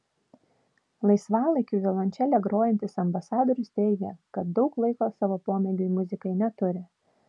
laisvalaikiu violončele grojantis ambasadorius teigė kad daug laiko savo pomėgiui muzikai neturi